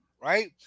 right